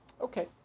Okay